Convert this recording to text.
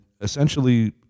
essentially